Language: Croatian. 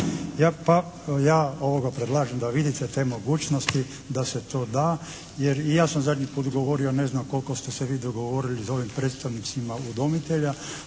Ja predlažem da vidite te mogućnosti da se to jer i ja sam zadnji puta govorio, ne znam koliko ste se vi dogovorili sa ovim predstavnicima udomitelja